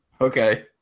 Okay